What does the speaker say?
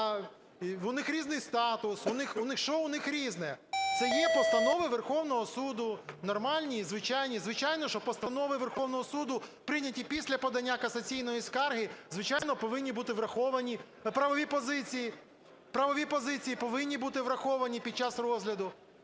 У них різний статус? Що у них різне? Це є постанови Верховного Суду, нормальні і звичайні. Звичайно, що постанови Верховного Суду прийнятті після подання касаційної скарги, звичайно, повинні бути враховані, правові позиції, правові позиції повинні бути враховані під час розгляду.